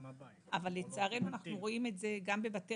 אבל לצערנו אנחנו רואים את זה גם בבתי